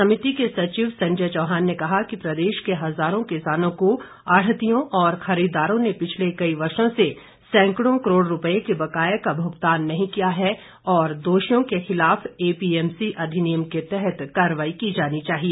समिति के सचिव संजय चौहान ने कहा कि प्रदेश के हज़ारों किसानों को आढ़तियों और खरीददारों ने पिछले कई वर्षों से सैंकड़ों करोड़ रूपये के बकाए का भुगतान नहीं किया है और दोषियों के खिलाफ एपीएमसी अधिनियम के तहत कार्रवाई की जानी चाहिए